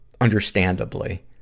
understandably